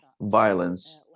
violence